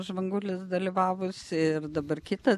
žvangutis dalyvavusi ir dabar kita